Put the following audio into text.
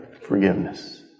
forgiveness